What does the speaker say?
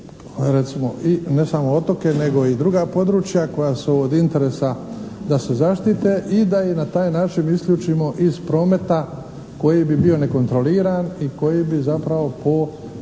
recimo i ne samo otoke nego i druga područja koja su od interesa da se zaštite i da ih na taj način isključimo iz prometa koji bi bio nekontroliran i koji bi zapravo po